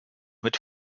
mit